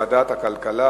לוועדת הכלכלה